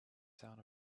sound